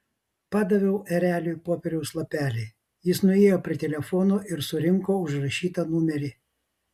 padaviau ereliui popieriaus lapelį jis nuėjo prie telefono ir surinko užrašytą numerį